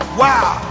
wow